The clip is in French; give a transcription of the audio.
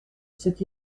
sept